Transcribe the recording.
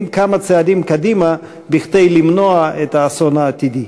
כמה צעדים קדימה כדי למנוע את האסון העתידי.